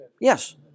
Yes